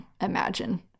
imagine